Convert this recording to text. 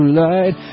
light